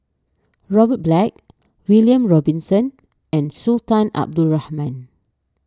Robert Black William Robinson and Sultan Abdul Rahman